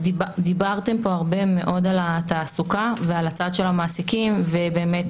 דיברתם פה הרבה מאוד על התעסוקה ועל הצד של המעסיקים ובאמת